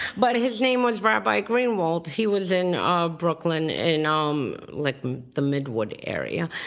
but his name was rabbi greenwald. he was in ah brooklyn in um like the midwood area.